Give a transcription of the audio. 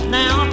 now